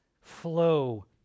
flow